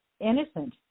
innocent